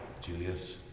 Julius